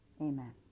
Amen